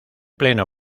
pleno